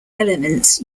elements